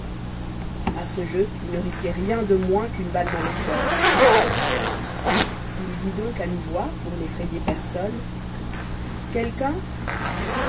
à ce jeu il ne risquait rien de moins qu'une balle dans le corps il dit donc à mi-voix pour n'effrayer personne quelqu'un